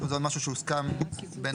שוב, זה משהו שהוסכם בין